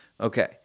Okay